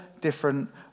different